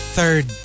Third